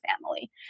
family